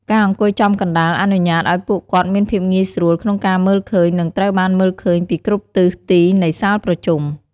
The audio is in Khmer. ការអង្គុយចំកណ្តាលអនុញ្ញាតឲ្យពួកគាត់មានភាពងាយស្រួលក្នុងការមើលឃើញ និងត្រូវបានមើលឃើញពីគ្រប់ទិសទីនៃសាលប្រជុំ។